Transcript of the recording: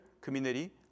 community